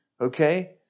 okay